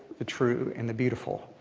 the true, and the beautiful.